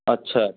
अच्छा